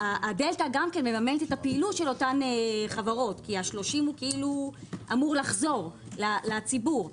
הדלתא מממנת את הפעילות של אותן חברות כי ה-30 אמור לחזור לציבור.